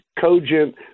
cogent